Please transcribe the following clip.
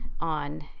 on